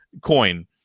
coin